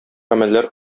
гамәлләр